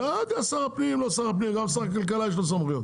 גם לשר הכלכלה יש סמכויות.